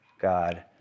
God